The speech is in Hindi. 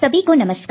सभी को नमस्कार